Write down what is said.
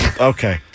Okay